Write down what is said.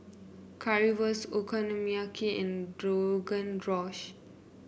Currywurst Okonomiyaki and Rogan Josh